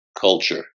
culture